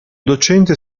docente